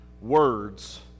words